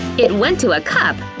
it went to a cup,